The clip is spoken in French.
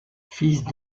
fils